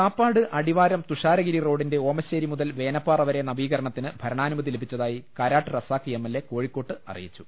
കാപ്പാട് അടിവാരം തുഷാരഗിരി റോഡിന്റെ ഓമശ്ശേരി മുതൽ വേനപ്പാറ വരെ നവീകരണത്തിന് ഭരണാനുമതി ലഭിച്ചതായി Karat Razak M L A കോഴിക്കോട്ട് അറിയിച്ചു